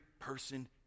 person